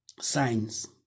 signs